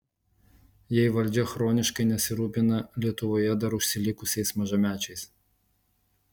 jei valdžia chroniškai nesirūpina lietuvoje dar užsilikusiais mažamečiais